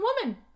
woman